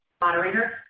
Moderator